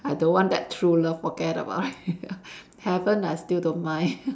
I don't want that true love forget about it heaven I still don't mind